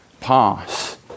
pass